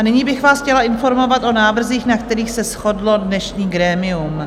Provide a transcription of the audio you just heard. Nyní bych vás chtěla informovat o návrzích, na kterých se shodlo dnešní grémium.